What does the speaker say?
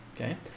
okay